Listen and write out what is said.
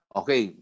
okay